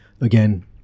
again